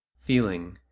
feeling,